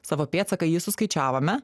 savo pėdsaką jį suskaičiavome